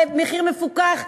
למחיר מפוקח,